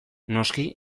noski